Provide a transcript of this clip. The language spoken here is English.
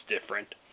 different